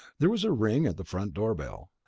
there was a ring at the front door bell,